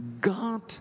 God